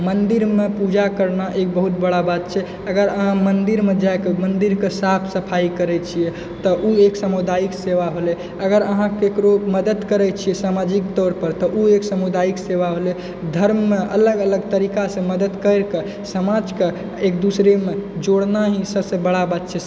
मन्दिरमे पूजा करना एक बहुत बड़ा बात छै अगर अहाँ मन्दिरमे जाकऽ मन्दिरके साफ सफाइ करय छियै तऽ उ एक सामुदायिक सेवा भेलय अगर अहाँ ककरो मदति करय छियै सामाजिक तौरपर तऽ उ एक सामुदायिक सेवा भेलय धर्ममे अलग अलग तरीकासँ मदति करिके समाजके एक दूसरेमे जोड़ना ही सबसँ बड़ा बात छै